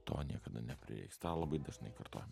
to niekada neprireiks tą labai dažnai kartojam